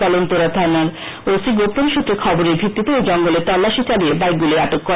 কলম চৌড়া থানার O C গোপন সুত্রে খবরের ভিত্তিতে ঐ জঙ্গলে তল্লাসী চালিয়ে বাইক গুলি আটক করে